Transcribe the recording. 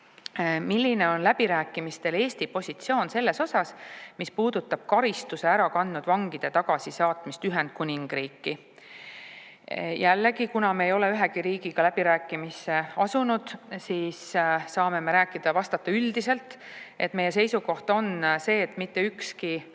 "Milline on läbirääkimistel Eesti positsioon ses osas, mis puudutab karistuse ära kandnud vangide tagasisaatmist Ühendkuningriiki?" Jällegi, kuna me ei ole ühegi riigiga läbirääkimistesse asunud, siis me saame rääkida ja vastata üldiselt, et meie seisukoht on see, et mitte ükski